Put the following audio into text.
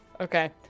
okay